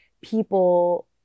people